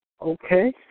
Okay